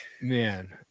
Man